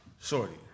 Shorty